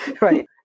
right